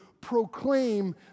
proclaim